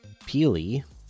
peely